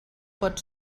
pot